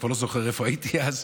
אני כבר לא זוכר איפה הייתי אז,